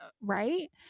right